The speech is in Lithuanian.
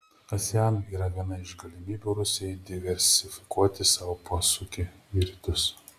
asean yra viena iš galimybių rusijai diversifikuoti savo posūkį į rytus